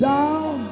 Down